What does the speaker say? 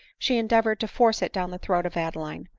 she endeavored to force it down the throat of adeline.